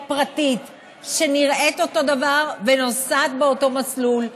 פרטית שנראית אותו דבר ונוסעת באותו מסלול?